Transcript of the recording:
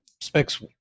specs